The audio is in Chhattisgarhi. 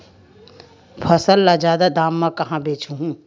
फसल ल जादा दाम म कहां बेचहु?